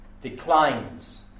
declines